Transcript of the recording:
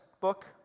book